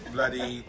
Bloody